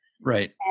Right